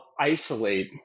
isolate